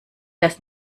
das